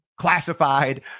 classified